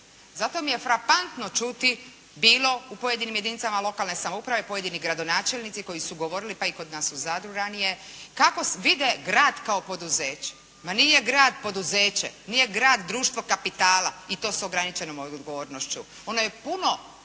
Zato mi je frapantno čuti bilo u pojedinim jedinicama lokalne samouprave, pojedini gradonačelnici koji su govorili pa i kod nas u Zadru ranije kako vide grad kao poduzeće. Ma nije grad poduzeće, nije grad društvo kapitala i to s ograničenom odgovornošću. Ono je puno